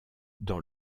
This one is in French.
dans